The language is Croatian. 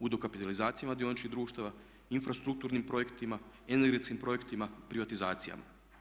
U dokapitalizacijama dioničkih društava, infrastrukturnim projektima, energetskim projektima, privatizacijama.